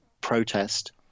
protest